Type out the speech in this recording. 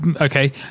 Okay